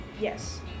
Yes